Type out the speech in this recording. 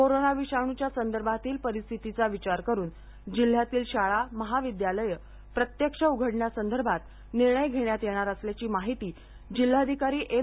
corona विषाणुच्या संदर्भातील परिस्थितीचा विचार करून जिल्ह्यातील शाळा महाविद्यालयचे प्रत्यक्ष उघडण्यासंदर्भात निर्णय घेण्यात येणार असल्याची माहिती जिल्हाधिकारी एम